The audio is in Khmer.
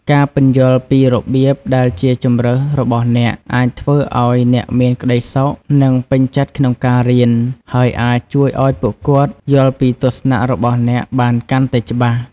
ការពន្យល់ពីរបៀបដែលជាជម្រើសរបស់អ្នក អាចធ្វើឲ្យអ្នកមានក្ដីសុខ និងពេញចិត្តក្នុងការរៀន ហើយអាចជួយឲ្យពួកគាត់យល់ពីទស្សនៈរបស់អ្នកបានកាន់តែច្បាស់។